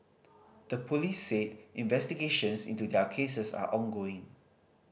the police said investigations into their cases are ongoing